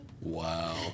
Wow